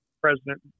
President